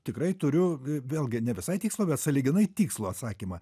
tikrai turiu vėlgi ne visai tikslų bet sąlyginai tikslų atsakymą